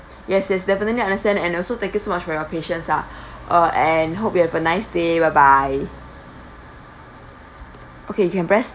yes yes definitely understand and also thank you so much for your patience ah uh and hope you have a nice day bye bye okay you can press